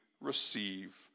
receive